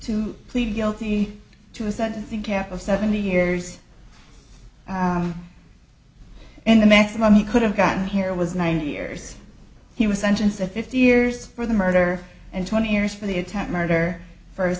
to plead guilty to a sentencing cap of seventy years and the maximum he could have gotten here was nine years he was sentenced to fifty years for the murder and twenty years for the attempt murder first